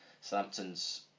Southampton's